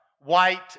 White